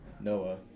Noah